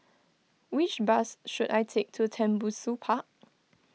which bus should I take to Tembusu Park